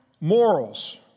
morals